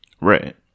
Right